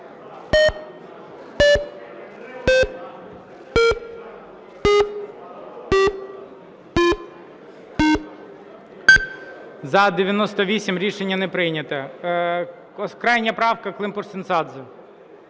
За-98 Рішення не прийнято. Крайня правка, Климпуш-Цинцадзе.